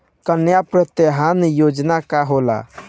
कन्या प्रोत्साहन योजना का होला?